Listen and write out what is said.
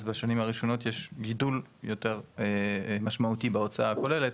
אז בשנים הראשונות יש גידול יותר משמעותי בהוצאה הכוללת